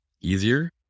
easier